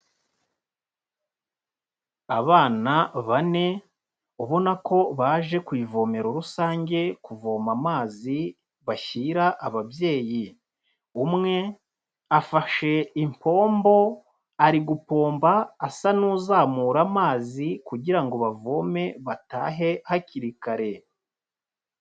Abana bane ubona ko baje ku ivomero rusange kuvoma amazi bashyira ababyeyi. Umwe afashe impombo ari gupomba asa n'uzamura amazi kugira ngo bavome, batahe hakiri kare.